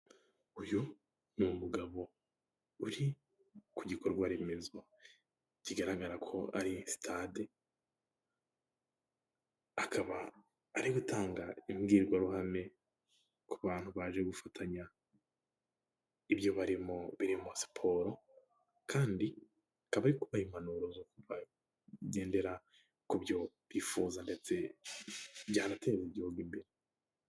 Uyu ni umugabo uri ku gikorwa remezo kigaragara ko ari sitade, akaba ari gutanga imbwirwaruhame ku bantu baje gufatanya ibyo barimo biririmo siporo, kandi akaba ari kubaha impanuro z'uko bagendera ku byo bifuza ndetse byanateza igihugu imbere.